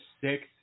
six